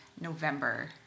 November